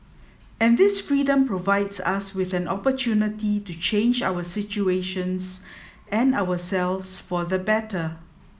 and this freedom provides us with an opportunity to change our situations and ourselves for the better